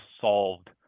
solved